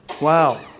Wow